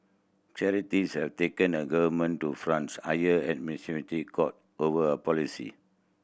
charities have taken the government to France's highest administrative court over a policy